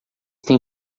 têm